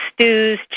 stews